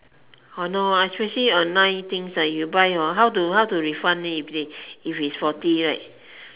oh no especially online things ah you buy hor how to how to refund it if they if it's faulty right